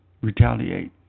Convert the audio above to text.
retaliate